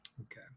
Okay